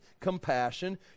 compassion